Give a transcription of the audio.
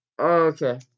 Okay